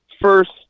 first